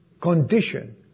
condition